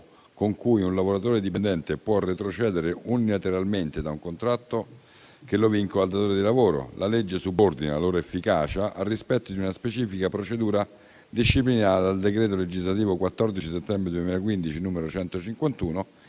con cui un lavoratore dipendente può recedere unilateralmente da un contratto che lo vincola al datore di lavoro; la legge ne subordina l'efficacia al rispetto di una specifica procedura, disciplinata dal decreto legislativo 14 settembre 2015, n. 151,